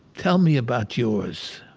tell me about yours